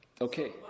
okay